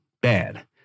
bad